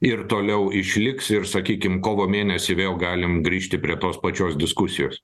ir toliau išliks ir sakykim kovo mėnesį vėl galim grįžti prie tos pačios diskusijos